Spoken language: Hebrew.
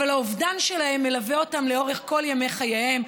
אבל האובדן שלהם מלווה אותם לאורך כל ימי חייהם,